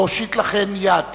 להושיט לכן יד